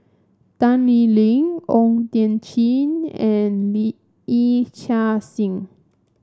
Tan Lee Leng O Thiam Chin and Lee Yee Chia Hsing